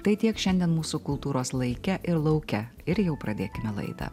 tai tiek šiandien mūsų kultūros laike ir lauke ir jau pradėkime laidą